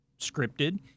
scripted